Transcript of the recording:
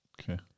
Okay